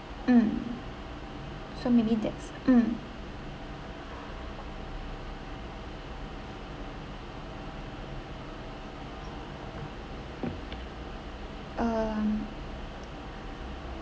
mm so maybe that's mm um